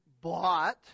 bought